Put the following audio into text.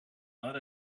not